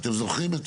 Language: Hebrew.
אתם זוכרים?